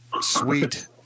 sweet